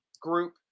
group